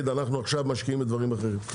שאתם עכשיו משקיעים בדברים אחרים.